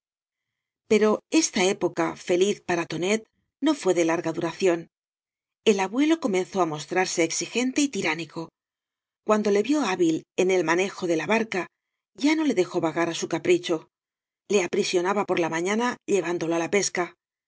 pero esta época feliz para tonet no fué de larga duración el abuelo comenzó á mostrarse exigente y tiránico cuando le vio hábil en el manejo de la barca ya no le dejó vagar á su capri cho le aprisionaba por la mañana llevándolo á la pesca